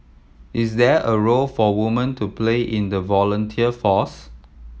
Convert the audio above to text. is there a role for women to play in the volunteer force